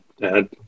Dad